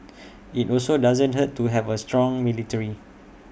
IT also doesn't hurt to have A strong military